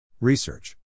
Research